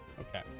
Okay